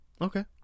Okay